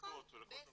לתעסוקה ולכל דבר.